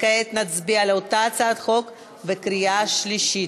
כעת נצביע על אותה הצעת חוק בקריאה שלישית.